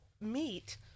Meet